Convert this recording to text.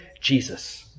Jesus